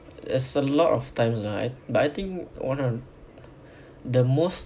there's a lot of times lah I but I think one of the most